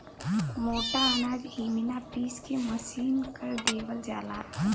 मोटा अनाज इमिना पिस के महीन कर देवल जाला